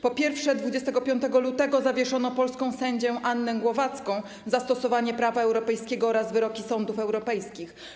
Po pierwsze, 25 lutego zawieszono polską sędzię Annę Głowacką za stosowanie prawa europejskiego oraz wyroków sądów europejskich.